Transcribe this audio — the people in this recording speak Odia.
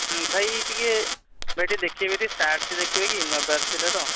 ଭାଇ ଟିକିଏ ଭାଇ ଟିକିଏ ଦେଖାଇବେ ଟିକିଏ ସାର୍ଟ୍ଟେ ଦେଖାଇବେ କି ନେବାର ଥିଲା ତ